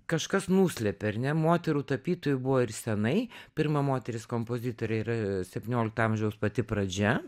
kažkas nuslėpė ar ne moterų tapytojų buvo ir senai pirma moteris kompozitorė yra septyniolikto amžiaus pati pradžia